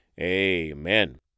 Amen